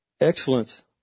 excellence